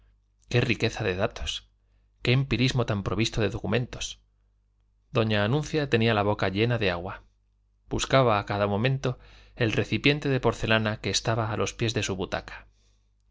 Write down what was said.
qué riqueza de datos qué empirismo tan provisto de documentos doña anuncia tenía la boca llena de agua buscaba a cada momento el recipiente de porcelana que estaba a los pies de su butaca